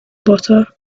butter